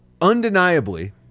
undeniably